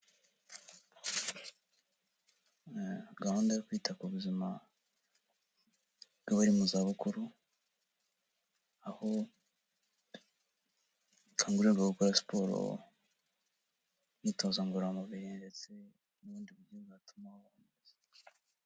Gahunda yo kwita ku buzima bw'abari mu zabukuru, aho ikangurira abantu gukora siporo, imyitozo ngororamubiri ndetse n'ubundi buryo bwatuma babaho neza.